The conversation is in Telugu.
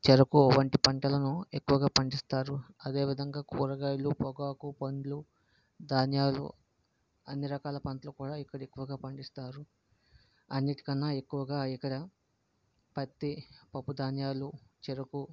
చెరుకు వంటి పంటలను ఎక్కువగా పండిస్తారు అదే విధంగా కూరగాయలు పొగాకు పండ్లు ధాన్యాలు అన్ని రకాల పంట్లు కూడా ఇక్కడ ఎక్కువగా పండిస్తారు అన్నిటికన్నా ఎక్కువగా ఇక్కడ పత్తి పప్పు ధాన్యాలు చెరుకు